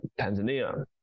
Tanzania